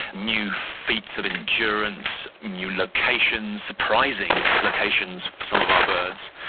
new feats of endurance, new locations, surprising locations for some of our birds.